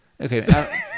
okay